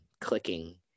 clicking